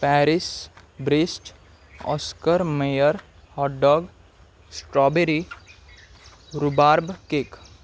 Paris Brest Oscar Mayer hot dog strawberry rhubarb cake